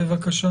בבקשה